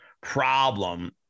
problem